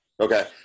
Okay